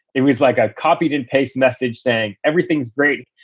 it was like a copied-and-pasted message saying, everything's great